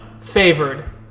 favored